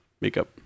Makeup